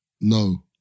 No